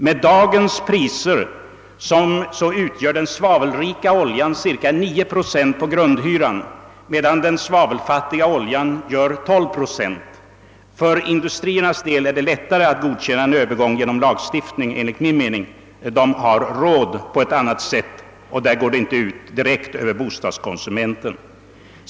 Med dagens priser utgör den svavelrika oljan cirka 9 procent på grundhyran, medan den svavelfattiga oljan gör 12 procent. För industriernas del är det lättare att godkänna en övergång genom lagstiftning, enligt min mening. De har råd på ett annat sätt, och där går det inte ut direkt över bostadskonsumenterna.